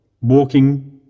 walking